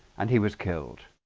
and he was killed